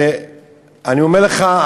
ואני אומר לך,